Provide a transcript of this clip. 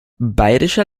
bayerischer